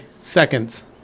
seconds